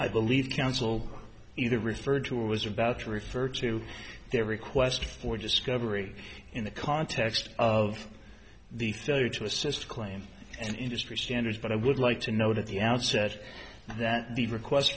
i believe counsel either referred to was about to refer to their request for discovery in the context of the failure to assist claim and industry standards but i would like to note at the outset that the request